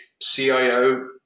CIO